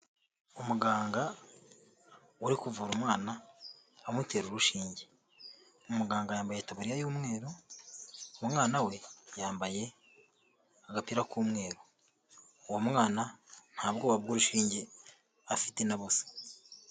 Umuganga uri kuvura umwana amutera urushinge. Umuganga yambaye itaburiya y'umweru, umwana we yambaye agapira k'umweru. Uwo mwana nta bwoba bw'urushinge afite na busa.